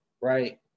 right